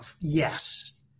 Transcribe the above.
yes